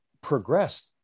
progressed